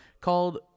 called